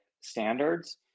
standards